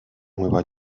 nueva